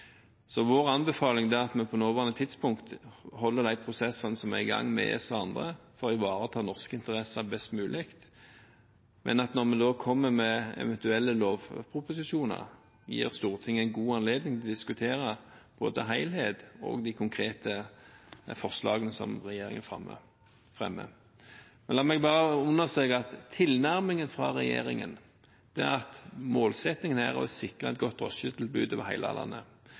Så vår anbefaling er at vi på nåværende tidspunkt holder de prosessene som er i gang med ESA og andre for å ivareta norske interesser best mulig. Men når vi kommer med eventuelle lovproposisjoner, vil det gi Stortinget en god anledning til å diskutere både helhet og de konkrete forslagene som regjeringen fremmer. La meg bare understreke at tilnærmingen fra regjeringen er at målsettingen er å sikre et godt drosjetilbud over hele landet